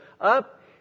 up